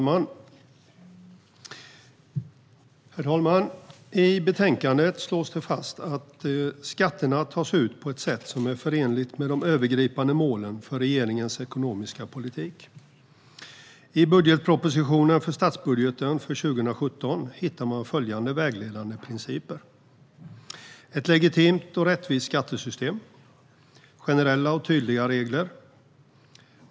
Herr talman! I betänkandet slås följande fast: "Skatterna ska tas ut på ett sätt som är förenligt med de övergripande målen för regeringens ekonomiska politik." I budgetpropositionen för statsbudgeten för 2017 hittar man följande vägledande principer: Ett legitimt och rättvist skattesystem. Generella och tydliga regler.